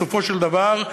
בסופו של דבר,